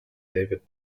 david